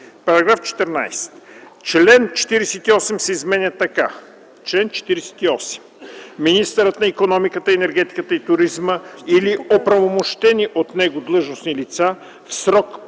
§ 14: „§ 14. Член 48 се изменя така: „Чл. 48. Министърът на икономиката, енергетиката и туризма или оправомощени от него длъжностни лица в срок пет